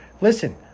listen